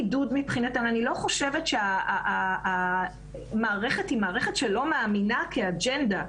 אני לא חושבת שהמערכת היא מערכת שלא מאמינה כאג'נדה.